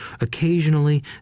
occasionally